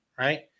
Right